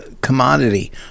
commodity